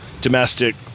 domestic